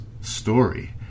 story